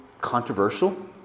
controversial